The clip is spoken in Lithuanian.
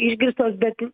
išgirstos bet